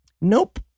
Nope